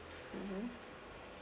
mmhmm